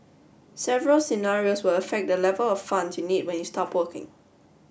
several scenarios will affect the level of funds you need when you stop working